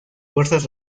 fuerzas